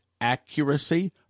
accuracy